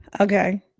Okay